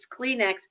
kleenex